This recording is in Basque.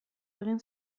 egin